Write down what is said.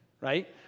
right